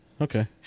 okay